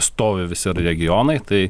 stovi visi regionai tai